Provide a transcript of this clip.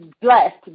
Blessed